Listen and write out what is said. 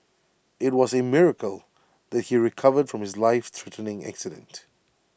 IT was A miracle that he recovered from his lifethreatening accident